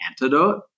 Antidote